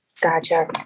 Gotcha